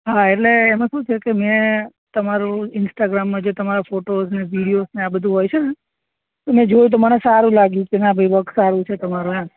હા એટલે એમાં શું છે કે મેં તમારું ઈન્સ્ટાગ્રામમાં જે તમારા ફોટોસ ને વિડીઓસ ને આ બધું હોય છે ને એ મેં જોયું તો મને સારું લાગ્યું કે ના ભાઈ વર્ક સારું છે તમારું એમ